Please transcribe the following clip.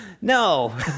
no